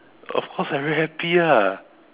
of course I very happy ah